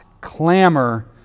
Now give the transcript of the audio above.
clamor